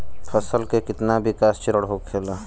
फसल के कितना विकास चरण होखेला?